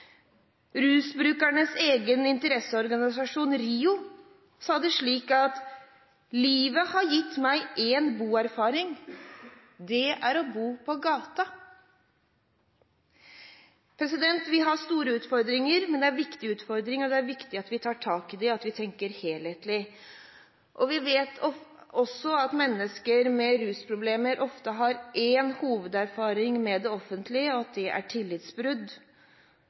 Rusbrukernes egen interesseorganisasjon, RIO, sa det slik: Livet har gitt meg en boerfaring, det er å bo på gata. Vi har store utfordringer – viktige utfordringer – og det er viktig at vi tar tak i dem og tenker helhetlig. Vi vet også at mennesker med rusproblemer ofte har én hovederfaring med det offentlige, det er tillitsbrudd.